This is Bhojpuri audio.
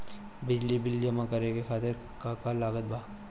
बिजली बिल जमा करे खातिर का का लागत बा?